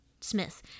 Smith